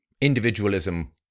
individualism